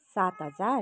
सात हजार